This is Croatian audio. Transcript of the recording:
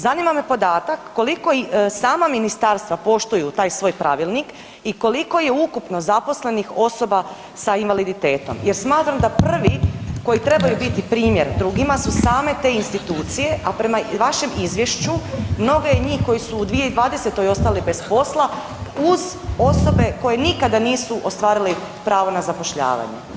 Zanima me podatak koliko i sama ministarstva poštuju taj svoj pravilnik i koliko je ukupno zaposlenih osoba sa invaliditetom jer smatram da prvi koji trebaju biti primjer dugima su same te institucije, a prema vašem izvješću mnogi od njih koji su u 2020. ostali bez posla uz osobe koje nikada nisu ostvarili pravo na zapošljavanje.